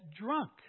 drunk